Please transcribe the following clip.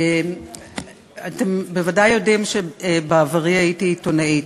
אתם ודאי יודעים שבעברי הייתי עיתונאית.